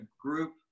group